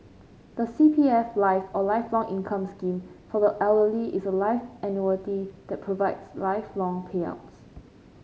the C P F Life or Lifelong Income Scheme for the Elderly is a life annuity that provides lifelong payouts